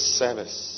service